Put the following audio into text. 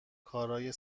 کارای